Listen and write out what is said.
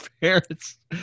parents